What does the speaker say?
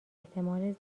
احتمال